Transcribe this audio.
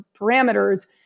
parameters